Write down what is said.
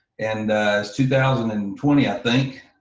and two thousand and twenty i think,